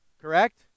correct